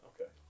Okay